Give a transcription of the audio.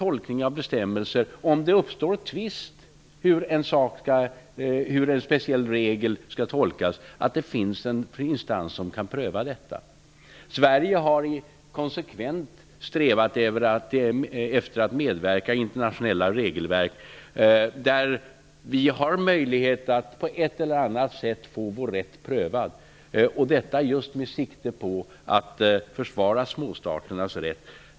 Om det uppstår tvist om hur en speciell regel skall tolkas finns det en instans som kan pröva detta. Sverige har konsekvent strävat efter att medverka i internationella regelverk, där vi har möjlighet att på ett eller annat sätt få vår rätt prövad. Syftet är att försvara de små staternas rätt.